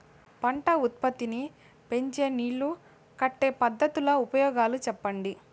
పంట ఉత్పత్తి నీ పెంచే నీళ్లు కట్టే పద్ధతుల ఉపయోగాలు చెప్పండి?